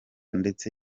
ndetse